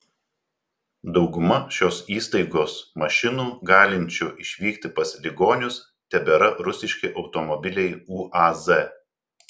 dauguma šios įstaigos mašinų galinčių išvykti pas ligonius tebėra rusiški automobiliai uaz